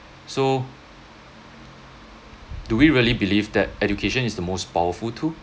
so do we really believe that education is the most powerful tool